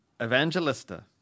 evangelista